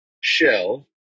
Shell